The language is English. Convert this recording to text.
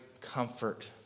comfort